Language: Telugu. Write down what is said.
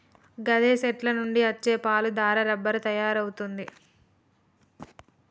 గాదె సెట్ల నుండి అచ్చే పాలు దారా రబ్బరు తయారవుతుంది